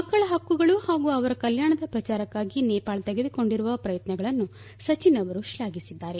ಮಕ್ಕಳ ಹಕ್ಕುಗಳು ಹಾಗೂ ಅವರ ಕಲ್ಯಾಣದ ಪ್ರಚಾರಕ್ಕಾಗಿ ನೇಪಾಳ ತೆಗೆದುಕೊಂಡಿರುವ ಪ್ರಯತ್ನಗಳನ್ನು ಸಚಿನ್ ಅವರು ಶ್ಲಾಫಿಸಿದ್ದಾರೆ